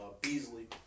Beasley